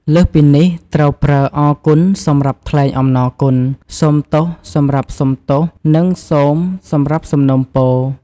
លើសពីនេះ ត្រូវប្រើ "អរគុណ" សម្រាប់ថ្លែងអំណរគុណ "សូមទោស" សម្រាប់សុំទោស និង "សូម" សម្រាប់សំណូមពរ។